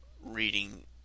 reading